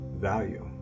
value